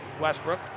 Westbrook